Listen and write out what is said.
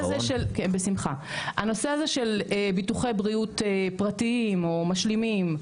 הנושא הזה של ביטוחי בריאות פרטיים או משלימים,